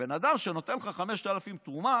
שבן אדם שנותן לך 5,000 תרומה